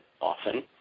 often